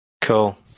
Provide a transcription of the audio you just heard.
cool